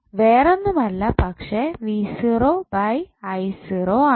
വേറൊന്നുമല്ല പക്ഷെ ആണ്